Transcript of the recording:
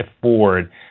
afford